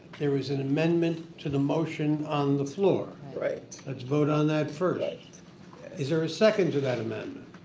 there was an amendment to the motion on the floor. right. let's vote on that first. is there a second to that amendment?